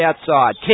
outside